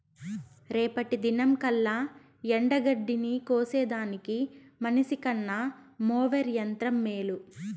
రేపటి దినంకల్లా ఎండగడ్డిని కోసేదానికి మనిసికన్న మోవెర్ యంత్రం మేలు